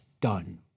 done